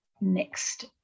next